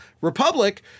Republic